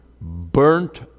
burnt